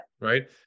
Right